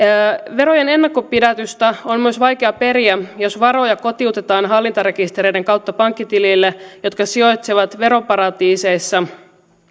verojen ennakonpidätystä on myös vaikea periä jos varoja kotiutetaan hallintarekistereiden kautta pankkitilille jotka sijaitsevat veroparatiiseissa